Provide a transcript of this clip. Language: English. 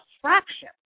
fraction